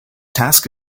task